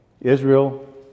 Israel